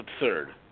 absurd